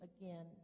again